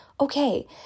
okay